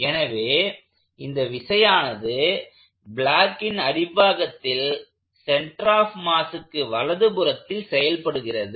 எனவே இந்த விசையானது ப்ளாக்கைனெ் அடிப்பாகத்தில் சென்டர் ஆப் மாஸ்க்கு வலதுபுறத்தில் செயல்படுகிறது